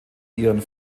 ihren